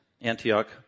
Antioch